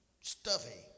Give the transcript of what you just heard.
stuffy